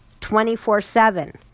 24-7